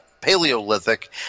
paleolithic